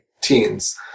teens